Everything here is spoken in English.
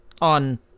on